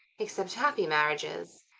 except happy marriages.